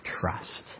trust